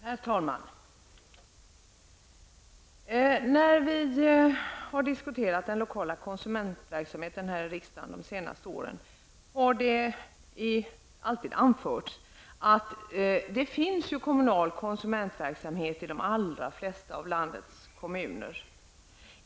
Herr talman! När vi under de senaste åren har diskuterat den lokala konsumentverksamheten här i riksdagen har det alltid anförts att det finns kommunal konsumentverksamhet i de allra flesta av landets kommuner.